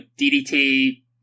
DDT